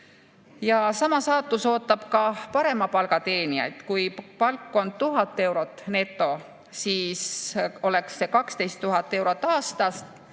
Sama saatus ootab ka parema palga teenijaid. Kui palk on 1000 eurot neto, siis oleks see 12 000 eurot aastas